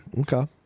Okay